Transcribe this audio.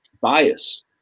bias